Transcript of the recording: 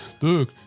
Look